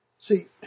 See